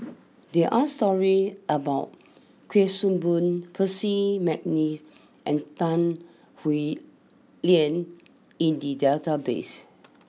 there are stories about Kuik Swee Boon Percy McNeice and Tan Howe Liang in the database